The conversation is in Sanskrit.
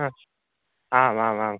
हा आम् आम् आम्